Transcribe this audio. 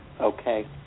okay